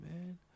man